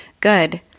good